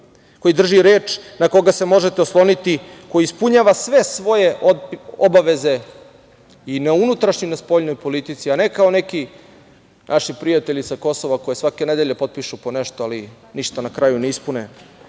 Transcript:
koji drži reč, na koga se možete osloniti, koji ispunjava sve svoje obaveze i na unutrašnjoj i na spoljnoj politici, a ne kao neki naši prijatelji sa Kosova koji svake nedelje potpišu po nešto, ali ništa na kraju ne ispune. Mi